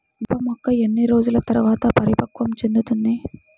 మిరప మొక్క ఎన్ని రోజుల తర్వాత పరిపక్వం చెందుతుంది?